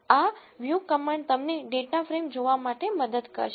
આ view command તમને data frame જોવા માટે મદદ કરશે